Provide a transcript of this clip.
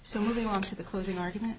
so moving on to the closing argument